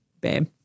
Babe